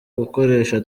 gukoresha